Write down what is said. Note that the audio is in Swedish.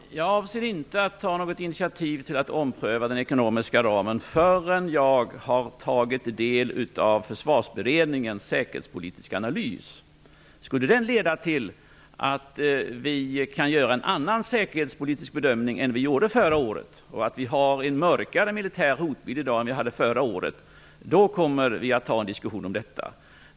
Herr talman! Jag avser inte att ta något initiativ till att ompröva den ekonomiska ramen förrän jag har tagit del av Försvarsberedningens säkerhetspolitiska analys. Om den skulle leda till att vi kan göra en annan säkerhetspolitisk bedömning än den vi gjorde förra året och vi har en mörkare militär hotbild i dag än förra året kommer vi att föra en diskussion om detta.